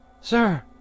Sir